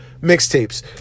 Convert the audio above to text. mixtapes